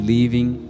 Leaving